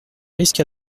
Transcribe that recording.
risque